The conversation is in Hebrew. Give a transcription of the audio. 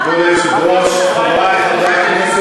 למה לא,